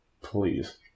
Please